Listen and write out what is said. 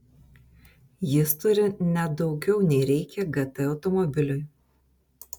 jis turi net daugiau nei reikia gt automobiliui